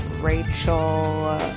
Rachel